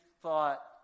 thought